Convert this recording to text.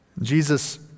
Jesus